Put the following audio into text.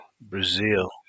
Brazil